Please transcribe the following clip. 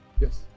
Yes